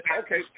okay